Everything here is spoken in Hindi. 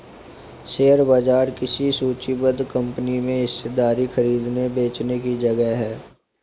शेयर बाजार किसी सूचीबद्ध कंपनी में हिस्सेदारी खरीदने बेचने की जगह है